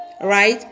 right